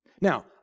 Now